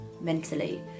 mentally